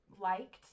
liked